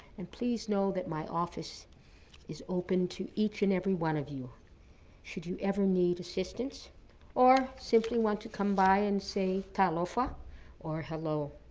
and please know that my office is open to each and every one of you should you ever need assistance or simply want to come by and say talofa or hello.